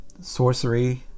sorcery